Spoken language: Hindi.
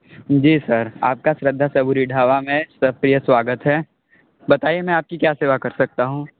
जी सर आपका श्रद्धा सबुरी ढाबा में सप्रिय स्वागत है बताइए मैं आपकी क्या सेवा कर सकता हूँ